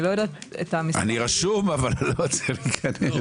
אני רשום אבל לא מצליח להיכנס.